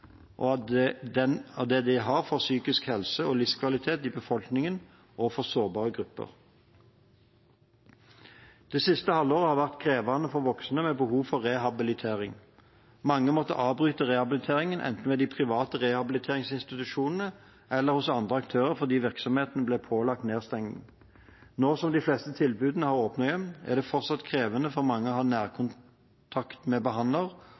har for psykisk helse og livskvalitet i befolkningen og for sårbare grupper. Det siste halvåret har vært krevende for voksne med behov for rehabilitering. Mange måtte avbryte rehabiliteringen enten ved de private rehabiliteringsinstitusjonene eller hos andre aktører fordi virksomhetene ble pålagt nedstengning. Nå som de fleste tilbudene har åpnet igjen, er det fortsatt krevende for mange å ha nærkontakt med behandler